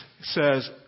says